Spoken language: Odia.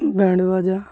ବ୍ୟାଣ୍ଡ ବାଜା